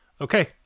Okay